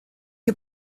you